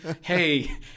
Hey